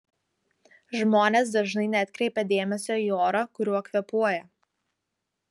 žmonės dažnai neatkreipia dėmesio į orą kuriuo kvėpuoja